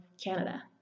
Canada